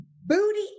booty